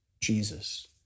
Jesus